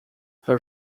her